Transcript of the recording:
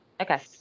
okay